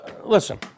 Listen